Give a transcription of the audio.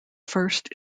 first